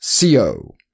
co